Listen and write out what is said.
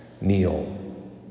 kneel